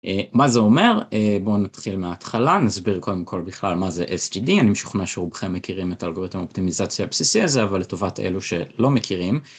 מה זה אומר? בואו נתחיל מההתחלה, נסביר קודם כל בכלל מה זה SGD, אני משוכנע שרובכם מכירים את האלגוריתם אופטימיזציה הבסיסי הזה, אבל לטובת אלו שלא מכירים.